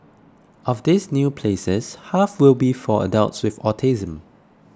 of these new places half will be for adults with autism